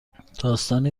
داستانی